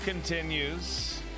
Continues